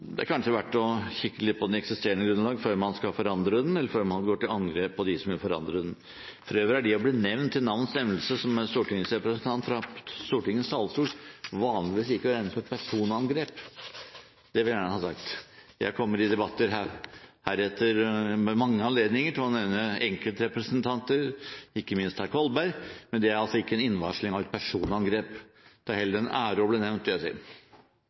er kanskje verdt å kikke litt på den eksisterende grunnlov før man skal forandre den, eller før man går til angrep på dem som vil forandre den. For øvrig er det å bli nevnt ved navns nevnelse – som stortingsrepresentant – fra Stortingets talerstol vanligvis ikke å regne som et personangrep, det vil jeg gjerne ha sagt. Ved mange anledninger i debatter heretter kommer jeg til å nevne enkeltrepresentanter, ikke minst herr Kolberg, men det er ikke en innvarsling av et personangrep. Det er heller en ære å bli nevnt,